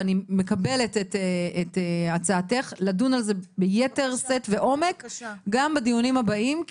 ואני מקבלת את הצעתך לדון על זה ביתר שאת ועומק גם בדיונים הבאים.